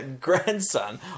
grandson